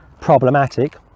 problematic